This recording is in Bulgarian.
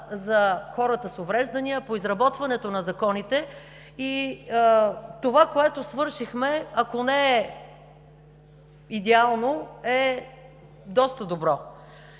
за хората с увреждания, по изработването на законите и това, което свършихме, ако не идеално, е доста добро.